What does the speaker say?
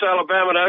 Alabama